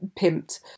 pimped